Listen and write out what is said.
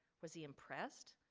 was he impressed?